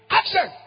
action